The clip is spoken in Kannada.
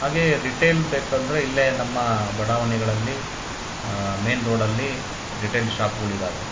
ಹಾಗೆಯೇ ರಿಟೇಲ್ ಬೇಕೆಂದರೆ ಇಲ್ಲೆ ನಮ್ಮ ಬಡಾವಣೆಗಳಲ್ಲಿ ಮೈನ್ ರೋಡಲ್ಲಿ ರಿಟೇಲ್ ಶಾಪ್ಗಳಿದ್ದಾವೆ